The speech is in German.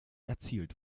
erzielt